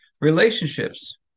relationships